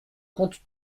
compte